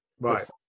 right